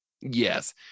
Yes